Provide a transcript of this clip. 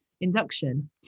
induction